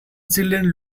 children